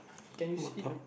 can you see it